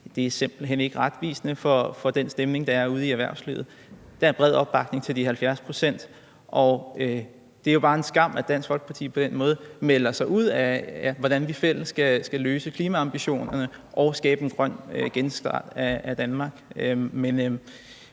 er simpelt hen ikke retvisende for den stemning, der er ude i erhvervslivet. Der er bred opbakning til de 70 pct. Og det er jo bare en skam, at Dansk Folkeparti på den måde melder sig ud af, hvordan vi fælles skal indfri klimaambitionerne og skabe en grøn genstart af Danmark.